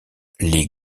les